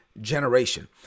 generation